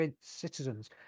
citizens